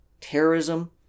terrorism